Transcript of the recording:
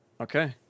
Okay